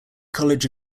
college